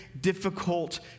difficult